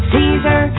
Caesar